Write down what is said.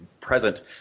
present